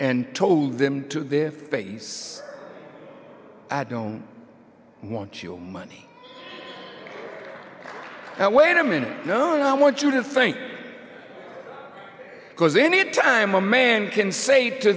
and told them to their face i don't want your money now wait a minute no no i want you to think because anytime a man can say to